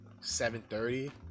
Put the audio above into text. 7.30